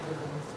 הנושא